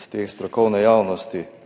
strani strokovne javnosti,